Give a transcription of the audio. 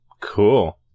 Cool